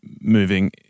moving